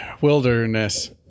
wilderness